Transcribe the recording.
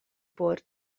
por